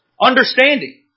Understanding